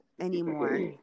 anymore